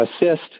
assist